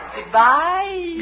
Goodbye